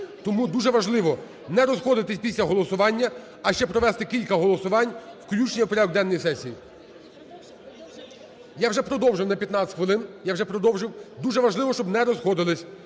Тому дуже важливо не розходитись після голосування, а ще провести кілька голосувань включення у порядок денний сесії. Я вже продовжив на 15 хвилин, я вже продовжив, дуже важливо, щоб не розходились,